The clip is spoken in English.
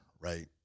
right